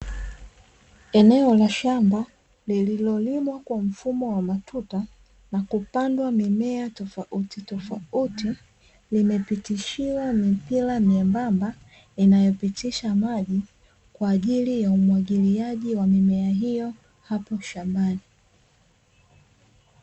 Eneo la shamba lililolimwa kwa mfumo wa matuta na kupandwa mimea tofautitofauti, limepitishiwa mipira miembamba inayopitisha maji kwa ajili ya umwagiliaji wa mimea hiyo hapo shambani.